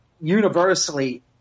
universally